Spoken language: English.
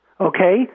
Okay